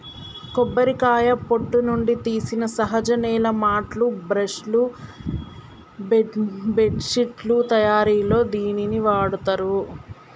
కొబ్బరికాయ పొట్టు నుండి తీసిన సహజ నేల మాట్లు, బ్రష్ లు, బెడ్శిట్లు తయారిలో దీనిని వాడతారు